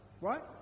Right